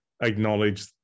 acknowledge